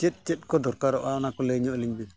ᱪᱮᱫ ᱪᱮᱫ ᱠᱚ ᱫᱚᱨᱠᱟᱨᱚᱜᱼᱟ ᱚᱱᱟ ᱠᱚ ᱞᱟᱹᱭ ᱧᱚᱜ ᱟᱹᱞᱤᱧ ᱵᱤᱱ